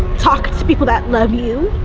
talk to people that love you